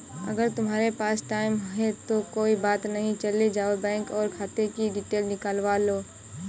अगर तुम्हारे पास टाइम है तो कोई बात नहीं चले जाओ बैंक और खाते कि डिटेल निकलवा लो